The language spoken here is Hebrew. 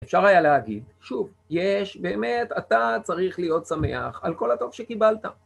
אפשר היה להגיד, שוב, יש, באמת, אתה צריך להיות שמח על כל הטוב שקיבלת.